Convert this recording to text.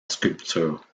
sculpture